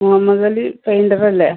Muhammadali painter അല്ലേ